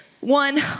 One